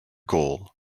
goal